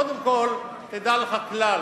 קודם כול, תדע לך כלל: